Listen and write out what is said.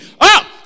up